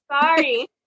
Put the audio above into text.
sorry